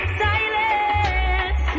silence